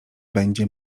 będzie